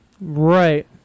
Right